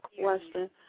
question